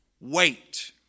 Wait